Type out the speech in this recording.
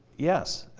yes,